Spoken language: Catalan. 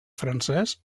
francès